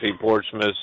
Portsmouth